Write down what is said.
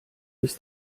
bis